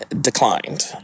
declined